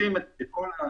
בשיתוף עם רשויות אחרות.